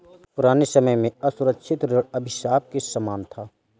पुराने समय में असुरक्षित ऋण अभिशाप के समान था